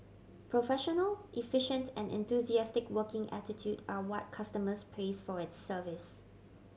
professional efficient and enthusiastic working attitude are what customers praise for its service